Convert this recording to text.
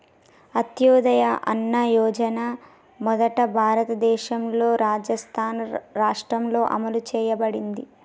అంత్యోదయ అన్న యోజన మొదట భారతదేశంలోని రాజస్థాన్ రాష్ట్రంలో అమలు చేయబడింది